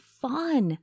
fun